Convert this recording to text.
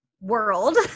world